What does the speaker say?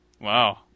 Wow